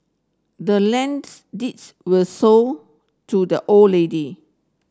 the land's deeds was sold to the old lady